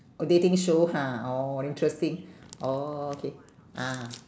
oh dating show ha orh interesting orh okay ah